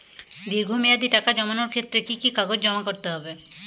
দীর্ঘ মেয়াদি টাকা জমানোর ক্ষেত্রে কি কি কাগজ জমা করতে হবে?